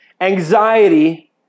anxiety